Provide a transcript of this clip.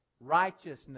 Righteousness